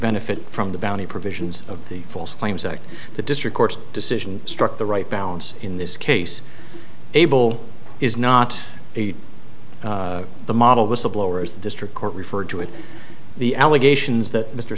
benefit from the bounty provisions of the false claims act the district court's decision struck the right balance in this case abel is not a the model of whistleblowers the district court referred to it the allegations that mr